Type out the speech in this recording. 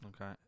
Okay